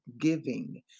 giving